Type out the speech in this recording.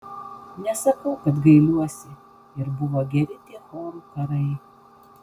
nesakau kad gailiuosi ir buvo gerai tie chorų karai